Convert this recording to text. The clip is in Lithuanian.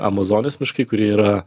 amazonės miškai kurie yra